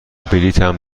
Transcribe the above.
بلیطم